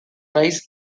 rise